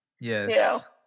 yes